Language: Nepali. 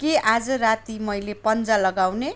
के आज राति मैले पन्जा लगाउने